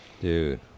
Dude